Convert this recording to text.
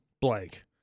blank